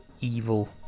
Evil